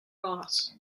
boss